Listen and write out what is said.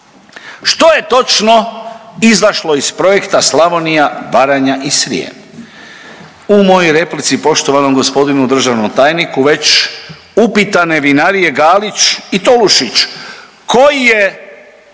Što je točno izašlo iz projekta Slavonija, Baranja i Srijem? U mojoj replici poštovanom gospodinu državnom tajniku već upitane vinarije Galić i Tolušić koji je